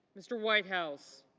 mr. whitehouse.